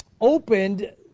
opened